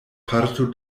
parto